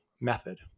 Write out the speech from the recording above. method